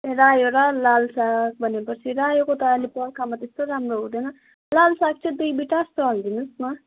ए रायो र लालसाग भनेपछि रायोको त अहिले बर्खामा त्यस्तो राम्रो हुँदैन लालसाग चाहिँ दुई बिटा जस्तो हालिदिनु होस् न